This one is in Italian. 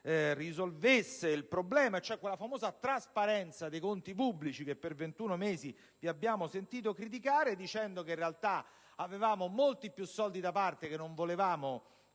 interne, e cioè quella famosa necessità di trasparenza dei conti pubblici che per 21 mesi vi abbiamo sentito criticare, dicendo che in realtà noi avevamo molti più soldi da parte che non volevamo